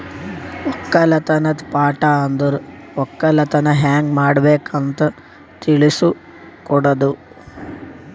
ಒಕ್ಕಲತನದ್ ಪಾಠ ಅಂದುರ್ ಒಕ್ಕಲತನ ಹ್ಯಂಗ್ ಮಾಡ್ಬೇಕ್ ಅಂತ್ ತಿಳುಸ್ ಕೊಡುತದ